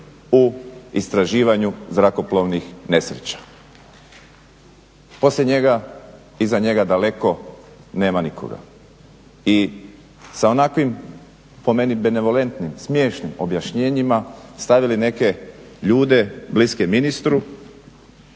u istraživanju zrakoplovnih nesreća? Poslije njega, iza njega daleko nema nikoga. I sa onakvim po meni benevolentnim smiješnim objašnjenjima stavili neke ljude bliske ministru